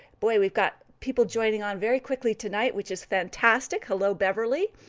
boy, we've got people joining on very quickly tonight which is fantastic. hello, beverly.